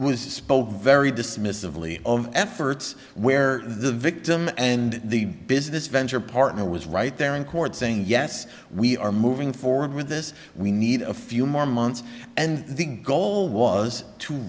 was spoke very dismissively of efforts where the victim and the business venture partner was right there in court saying yes we are moving forward with this we need a few more months and the goal was to